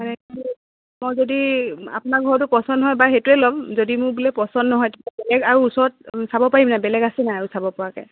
মই যদি আপোনাৰ ঘৰতো পচন্দ নহয় বা সেইটোৱে ল'ম যদি মোৰ বোলে পচন্দ নহয় তেতিয়া বেলেগ আৰু ওচৰত চাব পাৰিম নাই বেলেগ আছে নাই আৰু চাব পৰাকৈ